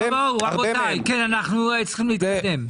רבותיי, אנחנו צריכים להתקדם.